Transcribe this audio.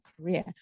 career